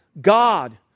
God